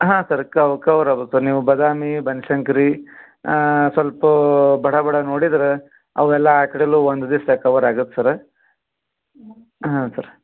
ಹಾಂ sir cover ಆಬೊದು sir ನೀವು ಬಾದಾಮಿ ಬನಶಂಕ್ರಿ ಸ್ವಲ್ಪ ಬಡ ಬಡ ನೋಡಿದ್ರೆ ಅವೆಲ್ಲ ಆ ಕಡೆಲೂ ಒಂದು ದಿವ್ಸದಾಗ ಕವರ್ ಆಗತ್ತೆ ಸರ ಹಾಂ ಸರ್